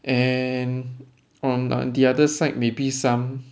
and on the other side maybe some